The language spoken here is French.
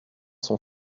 son